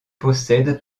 possède